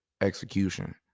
execution